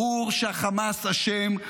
ברור שהחמאס אשם,